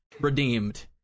redeemed